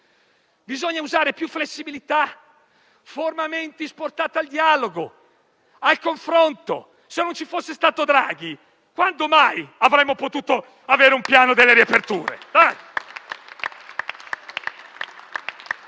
Bisogna usare maggiore flessibilità, *forma mentis* portata al dialogo, al confronto. Se non ci fosse stato Draghi quando mai avremmo potuto avere un piano delle riaperture!